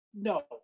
no